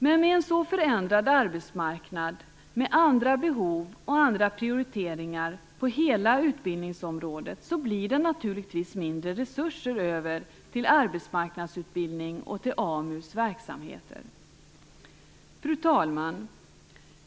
Men med en så förändrad arbetsmarknad, med andra behov och andra prioriteringar på hela utbildningsområdet, blir det naturligtvis mindre resurser över till arbetsmarknadsutbildning och till AMU:s verksamheter. Fru talman!